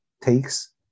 takes